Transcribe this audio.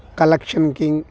collection king